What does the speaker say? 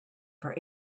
for